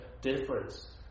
difference